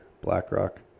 BlackRock